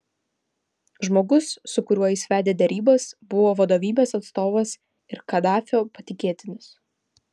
žmogus su kuriuo jis vedė derybas buvo vadovybės atstovas ir kadafio patikėtinis